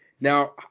Now